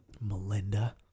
Melinda